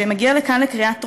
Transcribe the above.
ומגיע לכאן לקריאה טרומית,